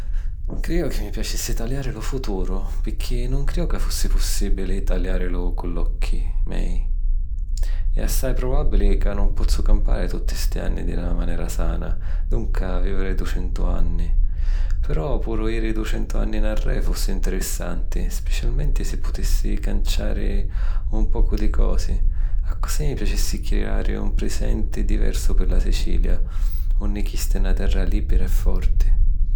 Crìju ca mi piacissi assai taliari lu futuru, picchì nun crìju ca fussi pussìbili taliarlu cu l'occhi mei. È assai probàbili ca nun pozzu campari tutti sti anni di na manera sana, dunca vìviri ducentu anni. Però puru jiri ducentu anni nn’arre' fussi ntirissanti, spicialmenti si putissi canciari un pocu di cosi. Accussì mi piacissi criari un prisenti diversu pi la Sicilia, unni chista è na terra lìbira e forti.